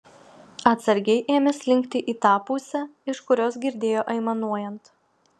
atsargiai ėmė slinkti į tą pusę iš kurios girdėjo aimanuojant